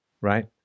right